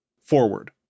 Forward